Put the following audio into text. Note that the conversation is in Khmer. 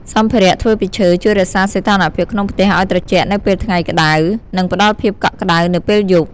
សម្ភារៈធ្វើពីឈើ ជួយរក្សាសីតុណ្ហភាពក្នុងផ្ទះឲ្យត្រជាក់នៅពេលថ្ងៃក្តៅ និងផ្តល់ភាពកក់ក្តៅនៅពេលយប់ ។